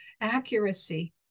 accuracy